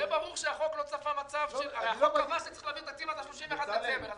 זה ברור שהחוק לא צפה מצב של הרי -- -תקציב עד ה-31 בדצמבר.